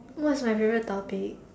what's my favourite topic